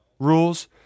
rules